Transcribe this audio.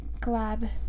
glad